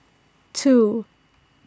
two